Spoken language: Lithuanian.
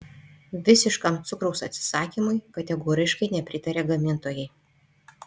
visiškam cukraus atsisakymui kategoriškai nepritaria gamintojai